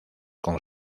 con